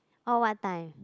orh what time